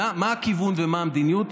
מה הכיוון ומה המדיניות,